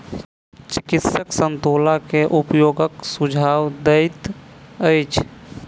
चिकित्सक संतोला के उपयोगक सुझाव दैत अछि